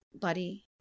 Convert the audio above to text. buddy